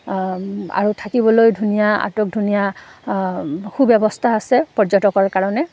আৰু থাকিবলৈ ধুনীয়া আটক ধুনীয়া সু ব্যৱস্থা আছে পৰ্যটকৰ কাৰণে